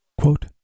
Quote